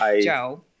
joe